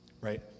right